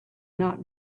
not